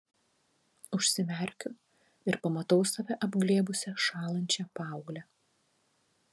užsimerkiu ir pamatau save apglėbusią šąlančią paauglę